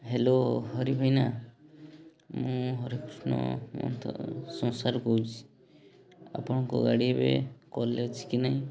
hello Hari ଭାଇନା ମୁଁ ହରିକୃଷ୍ଣ ମହାନ୍ତ ସଁସାରୁ କହୁଛି ଆପଣଙ୍କ ଗାଡ଼ି ଏବେ କଲ୍ରେ ଅଛି କି ନାହିଁ